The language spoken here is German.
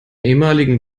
ehemaligen